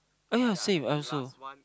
oh ya same I also